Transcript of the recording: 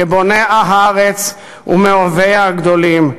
כבונה הארץ ומאוהביה הגדולים,